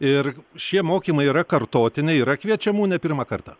ir šie mokymai yra kartotiniai yra kviečiamų ne pirmą kartą